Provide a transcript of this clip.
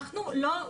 כן.